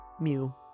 mew